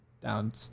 down